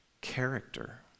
Character